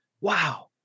wow